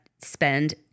spend